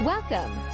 Welcome